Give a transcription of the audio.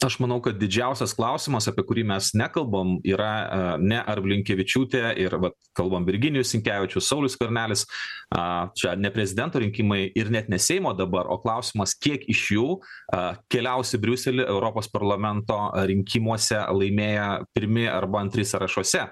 aš manau kad didžiausias klausimas apie kurį mes nekalbam yra a ne ar blinkevičiūtė ir vat kalbam virginijus sinkevičius saulius skvernelis a čia ne prezidento rinkimai ir net ne seimo dabar o klausimas kiek iš jų a keliaus į briuselį europos parlamento rinkimuose laimėję pirmi arba antri sąrašuose